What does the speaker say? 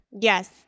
Yes